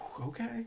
Okay